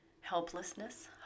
Helplessness